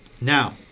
Now